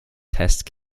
test